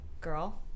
girl